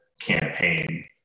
campaign